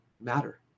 matter